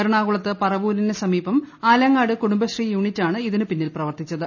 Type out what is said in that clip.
എറണാകുളത്ത് പറവൂരിന് സമീപം ആലങ്ങാട് കുടുംബശ്രീ യൂണിറ്റാണ് ഇതിനു പിന്നിൽ പ്രവർത്തിച്ചത്